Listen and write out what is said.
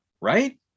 Right